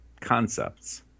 concepts